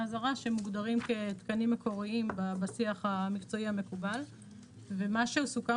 זרה שמוגדרים כתקנים מקוריים בשיח המקצועי המקובל ומה שסוכם